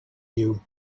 you